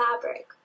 fabric